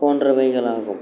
போன்றவைகள் ஆகும்